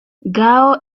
gao